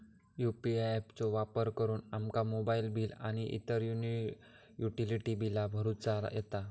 UPI app चो वापर करुन आमका मोबाईल बिल आणि इतर युटिलिटी बिला भरुचा येता